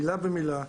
מילה במילה,